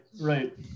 right